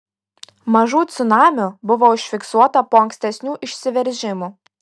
mažų cunamių buvo užfiksuota po ankstesnių išsiveržimų